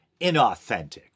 inauthentic